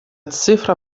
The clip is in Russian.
цифра